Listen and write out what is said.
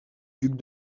ducs